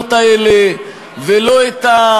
ההיתממויות האלה ולא את,